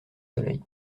soleil